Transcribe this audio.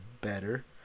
better